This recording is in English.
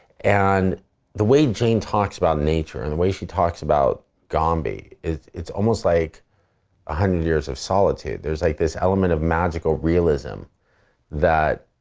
and the way jane talks about nature and the way she talks about gombe, it's it's almost like one ah hundred years of solitude. there's like this element of magical realism that